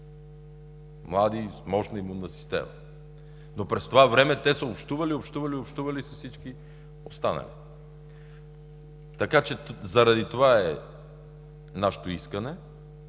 млади, с мощна имунна система, но през това време те са общували, общували, общували с всички останали, така че заради това е нашето искане.